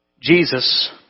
Jesus